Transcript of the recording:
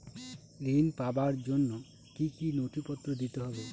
ঋণ পাবার জন্য কি কী নথিপত্র দিতে হবে?